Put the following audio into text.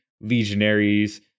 Legionaries